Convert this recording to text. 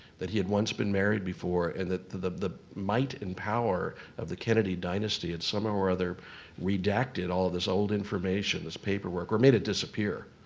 that he had once been married before and that the the might and power of the kennedy dynasty had somehow or other redacted all of this old information, this paperwork, or made it disappear,